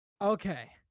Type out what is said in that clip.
Okay